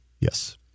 Yes